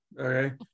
okay